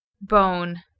Bone